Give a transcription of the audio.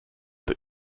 that